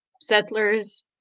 settlers